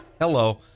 hello